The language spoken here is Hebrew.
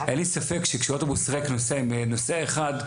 אין לי ספק שכשאוטובוס ריק נוסע עם נוסע אחד,